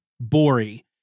Bori